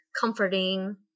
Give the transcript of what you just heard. comforting